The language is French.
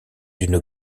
d’une